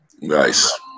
Nice